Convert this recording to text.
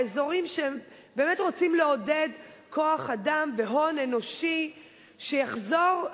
באזורים שבאמת רוצים לעודד כוח-אדם והון אנושי לחזור.